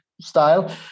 style